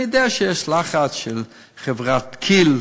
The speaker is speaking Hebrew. אני יודע שיש לחץ של חברת כי"ל,